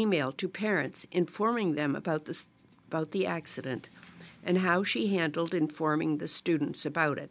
e mail to parents informing them about this about the accident and how she handled informing the students about it